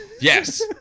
Yes